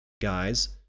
guys